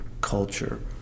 culture